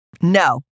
No